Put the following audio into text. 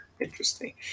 Interesting